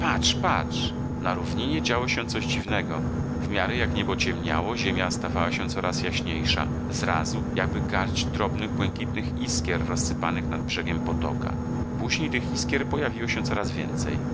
na równinie działo się coś dziwnego w miarę jak niebo ciemniało ziemia stawała się coraz jaśniejsza zrazu jakby garść drobnych błękitnych iskier rozsypanych nad brzegiem potoka później tych iskier pojawiło się coraz więcej